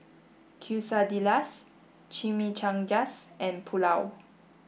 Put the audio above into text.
Quesadillas Chimichangas and Pulao